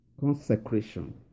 Consecration